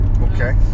okay